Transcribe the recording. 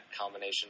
combination